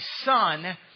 son